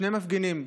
שני מפגינים.